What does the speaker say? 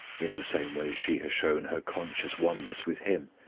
in the same way as she has shown her conscious oneness with him.